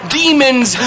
demons